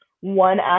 one